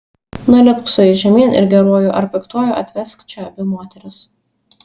nulipk su jais žemyn ir geruoju ar piktuoju atvesk čia abi moteris